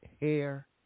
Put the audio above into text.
Hair